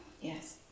Yes